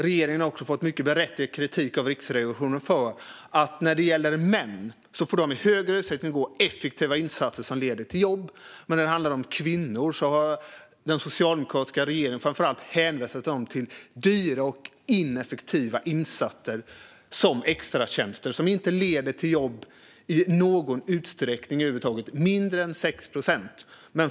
Regeringen har fått mycket berättigad kritik från Riksrevisionen därför att det i högre utsträckning är män som får gå effektiva insatser som leder till jobb medan kvinnor av den socialdemokratiska regeringen framför allt hänvisas till dyra och ineffektiva insatser som extratjänster, som inte leder till jobb i någon utsträckning över huvud taget - mindre än 6 procent.